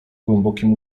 głębokim